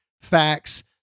Facts